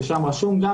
ששם רשום גם,